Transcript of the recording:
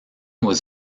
was